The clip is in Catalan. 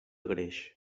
greix